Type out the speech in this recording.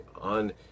on